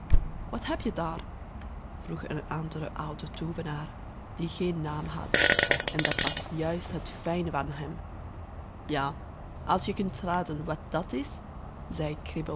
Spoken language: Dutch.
wat heb je daar vroeg een andere oude toovenaar die geen naam had en dat was juist het fijne van hem ja als je kunt raden wat dat is zei